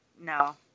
no